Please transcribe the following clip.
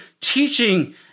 teaching